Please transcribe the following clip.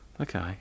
Okay